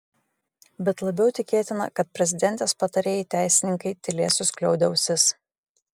bet labiau tikėtina kad prezidentės patarėjai teisininkai tylės suskliaudę ausis